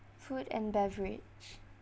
food and beverage